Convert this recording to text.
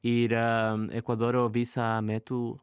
yra ekvadoro visą metų